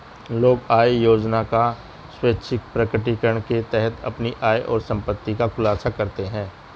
लोग आय योजना का स्वैच्छिक प्रकटीकरण के तहत अपनी आय और संपत्ति का खुलासा करते है